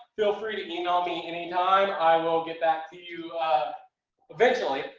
feel free to email me anytime. i will get back to you eventually.